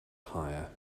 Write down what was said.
higher